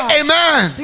amen